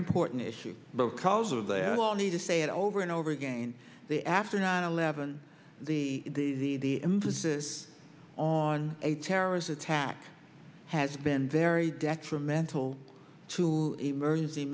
important issue because of that all need to say it over and over again the after nine eleven the the the emphasis on a terrorist attack has been very detrimental to emergency